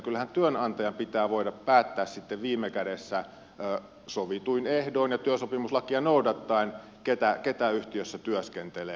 kyllähän työnantajan pitää voida päättää viime kädessä sovituin ehdoin ja työsopimuslakia noudattaen keitä yhtiössä työskentelee